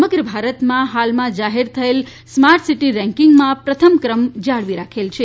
સમગ્ર ભારતમાં હાલમાં જાહેર થયેલ સ્માર્ટ સિટી રેન્કીંગમાં પ્રથમ ક્રમ જાળવી રાખ્યો છે